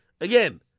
Again